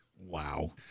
Wow